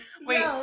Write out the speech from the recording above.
Wait